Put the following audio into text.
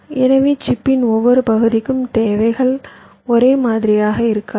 எனவே சிப்பின் ஒவ்வொரு பகுதிக்கும் தேவைகள் ஒரே மாதிரியாக இருக்காது